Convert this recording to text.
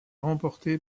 remporté